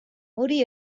hori